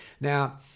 Now